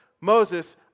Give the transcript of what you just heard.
Moses